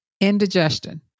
indigestion